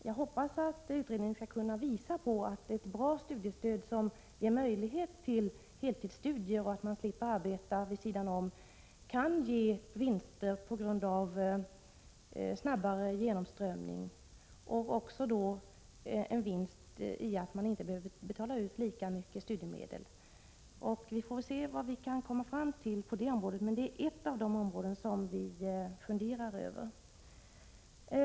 Jag hoppas att utredningen skall kunna visa att ett bra studiestöd, som ger möjlighet till heltidsstudier och innebär att de studerande slipper arbeta vid sidan om, kan ge vinster på grund av snabbare genomströmning och även vinster genom att det inte behöver betalas ut lika mycket studiemedel. Detta är ett av de områden som utredningen funderar över, och vi får se vad vi kan komma fram till.